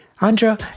Andra